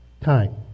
time